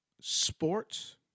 Sports